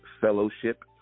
fellowship